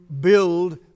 build